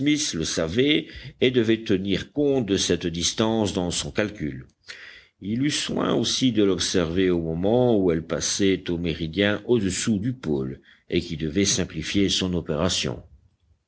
le savait et devait tenir compte de cette distance dans son calcul il eut soin aussi de l'observer au moment où elle passait au méridien au-dessous du pôle et qui devait simplifier son opération